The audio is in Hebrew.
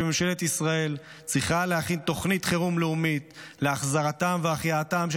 וממשלת ישראל צריכה להכין תוכנית חירום לאומית להחזרתם והחייאתם של